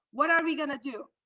what are we going to do?